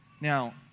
Now